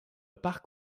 parc